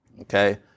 Okay